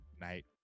night